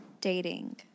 Dating